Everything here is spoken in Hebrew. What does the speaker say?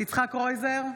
יצחק קרויזר,